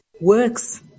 works